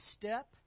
step